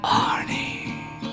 arnie